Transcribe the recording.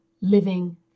living